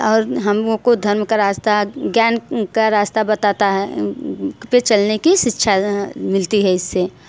और हम लोगों को धर्म का रास्ता ज्ञान का रास्ता बताता है फिर चलने की शिक्षा मिलती है इससे